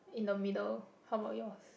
in the middle how about yours